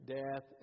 death